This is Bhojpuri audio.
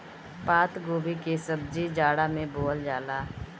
पातगोभी के सब्जी जाड़ा में बोअल जाला